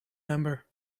number